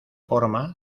forma